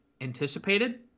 anticipated